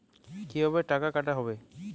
কিভাবে টাকা কাটা হবে?